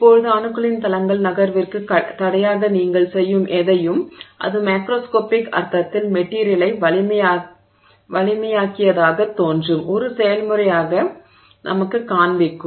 இப்போது அணுக்களின் தளங்கள் நகர்விற்குத் தடையாக நீங்கள் செய்யும் எதையும் அது மேக்ரோஸ்கோபிக் அர்த்தத்தில் மெட்டிரியலை வலிமையாக்கியதாகத் தோன்றும் ஒரு செயல்முறையாக நமக்குக் காண்பிக்கும்